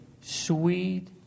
sweet